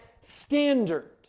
standard